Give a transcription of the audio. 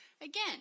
Again